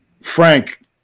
frank